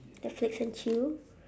netflix and chill